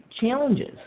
challenges